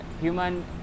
human